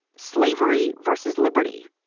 slavery versus liberty.